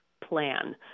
plan